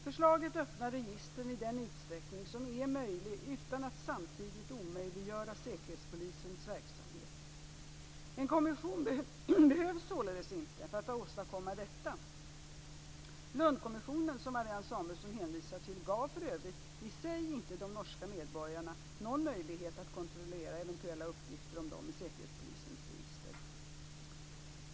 Förslaget öppnar registren i den utsträckning som är möjlig utan att samtidigt omöjliggöra Säkerhetspolisens verksamhet. En kommission behövs således inte för att åstadkomma detta. Lundkommissionen, som Marianne Samuelsson hänvisar till, gav för övrigt i sig inte de norska medborgarna någon möjlighet att kontrollera eventuella uppgifter om dem i säkerhetspolisens register.